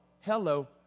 hello